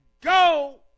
Go